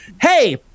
hey